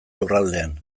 lurraldean